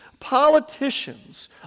politicians